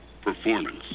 performance